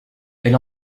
elle